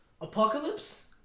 Apocalypse